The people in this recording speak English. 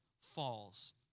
falls